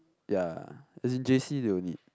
ya as in J_C they will need